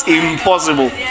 impossible